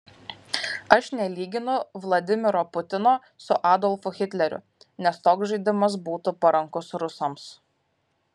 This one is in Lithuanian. aš nelyginu vladimiro putino su adolfu hitleriu nes toks žaidimas būtų parankus rusams